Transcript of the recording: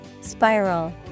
Spiral